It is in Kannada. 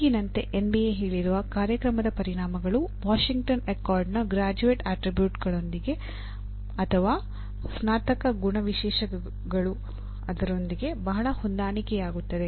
ಈಗಿನಂತೆ ಎನ್ಬಿಎ ಬಹಳ ಹೊಂದಾಣಿಕೆಯಾಗುತ್ತವೆ